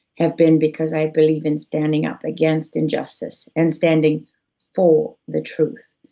have been because i believe in standing up against injustice, and standing for the truth.